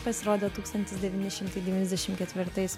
pasirodė tūkstantis devyni šimtai devyniasdešim ketvirtais